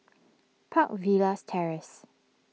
Park Villas Terrace